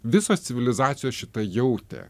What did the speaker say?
visos civilizacijos šitą jautė